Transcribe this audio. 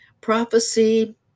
prophecy